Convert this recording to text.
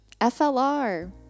FLR